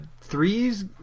threes